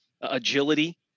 agility